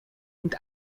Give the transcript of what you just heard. und